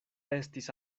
estis